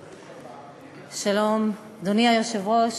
שלום, אדוני היושב-ראש,